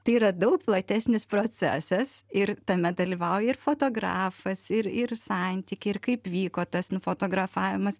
tai yra daug platesnis procesas ir tame dalyvauja ir fotografas ir ir santykiai kaip vyko tas nufotografavimas